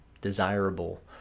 desirable